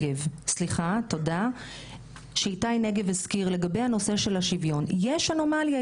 מהתנועה לאיכות השלטון הזכיר לגבי הנושא של השוויון יש אנומליה,